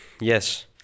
yes